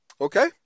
Okay